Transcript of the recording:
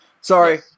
Sorry